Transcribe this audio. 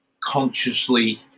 consciously